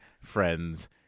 friends